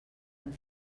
amb